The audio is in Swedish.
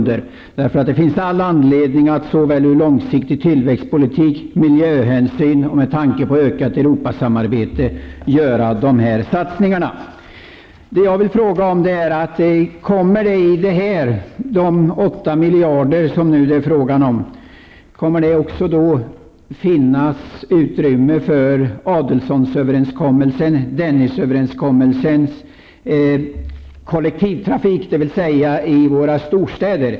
Det finns all anledning att göra dessa satsningar med tanke på den långsiktiga tillväxtpolitiken, miljön och det utökade När det gäller dessa 8 miljarder, kommer det att finnas utrymme för Adelsohnsöverenskommelsen och Dennisöverenskommelsen avseende kollektivtrafiken i våra storstäder?